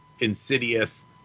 insidious